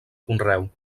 conreu